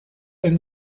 einen